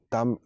Tam